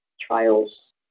trials